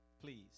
please